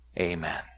Amen